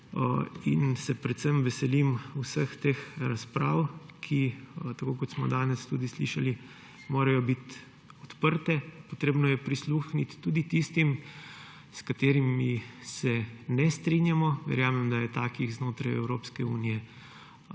daje. Predvsem se veselim vseh teh razprav, ki, tako kot smo danes slišali, morajo biti odprte. Potrebno je prisluhniti tudi tistim, s katerimi se ne strinjamo. Verjamem, da je takih znotraj Evropske unije zelo